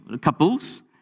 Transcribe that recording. couples